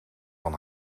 van